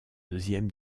deuxième